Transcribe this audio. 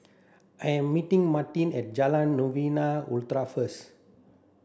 I am meeting Martine at Jalan Novena Utara first